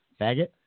Faggot